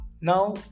Now